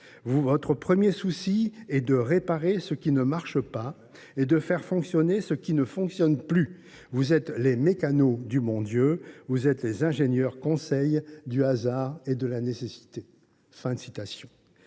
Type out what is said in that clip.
Votre premier souci est de réparer ce qui ne marche pas et de faire fonctionner ce qui ne fonctionne plus : vous êtes les mécanos du Bon Dieu, vous êtes les ingénieurs conseil du hasard et de la nécessité. »